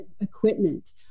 equipment